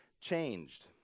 changed